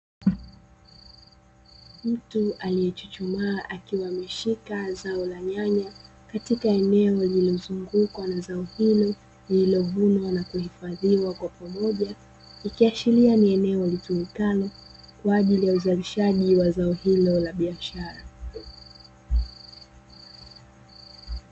Mtu aliye chuchumaa akiwa ameshika zao la nyanya, katika eneo lililozungukwa na zao hilo lililovunwa na kuhifadhiwa kwa pamoja, likiashiria ni eneo litumikalo kwa ajili ya uzalishaji wa zao hilo la biashara.